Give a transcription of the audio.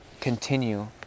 continue